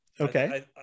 Okay